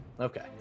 Okay